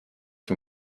dem